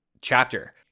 chapter